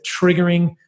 triggering